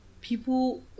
people